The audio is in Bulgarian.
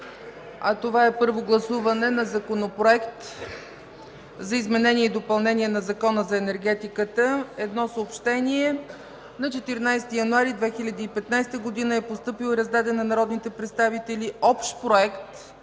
а това е Първо гласуване на Законопроект за изменение и допълнение на Закона за енергетиката, едно съобщение: На 14 януари 2015 г. е постъпил и е раздаден на народните представители общ проект